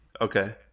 Okay